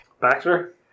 Baxter